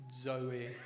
Zoe